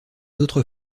autres